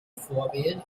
vorwählen